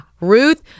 Ruth